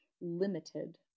limited